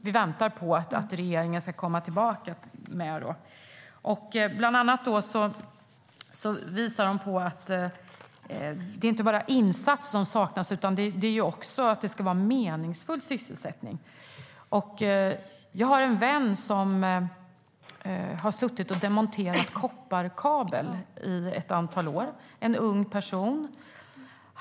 Vi väntar på att regeringen ska komma tillbaka med dessa förslag. Riksrevisionen visar att det saknas inte bara insatser utan också att det ska vara fråga om meningsfull sysselsättning. Jag har en vän - en ung person - som har demonterat kopparkabel ett antal år.